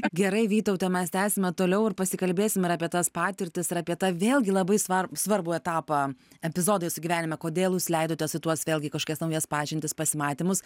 gerai vytaute mes tęsime toliau ir pasikalbėsim ir apie tas patirtis ir apie tą vėlgi labai svar svarbų etapą epizodą jūsų gyvenime kodėl jūs leidotės į tuos vėlgi kažkokias naujas pažintis pasimatymus